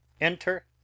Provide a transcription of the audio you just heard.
Enter